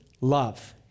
love